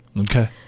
Okay